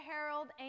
Herald